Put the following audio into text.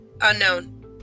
unknown